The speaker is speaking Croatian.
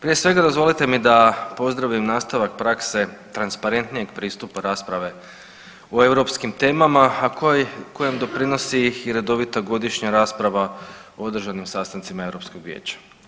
Prije svega dozvolite mi da pozdravim nastavak prakse transparentnijeg pristupa rasprave o europskim temama, a kojem pridonosi i redovita godišnja rasprava o održanim sastancima Europskog vijeća.